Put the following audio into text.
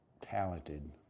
talented